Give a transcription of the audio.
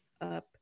up